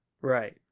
right